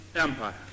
Empire